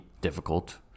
difficult